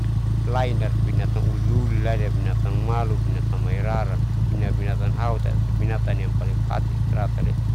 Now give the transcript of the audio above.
Lain dari binatan uliuli, lain dari binatan malu binatan mairaran tuina binatan hauta binatan siam paling kahati, istirahat ele.